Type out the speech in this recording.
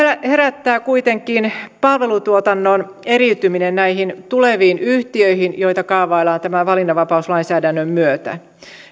herättää kuitenkin palvelutuotannon eriytyminen näihin tuleviin yhtiöihin joita kaavaillaan tämän valinnanvapauslainsäädännön myötä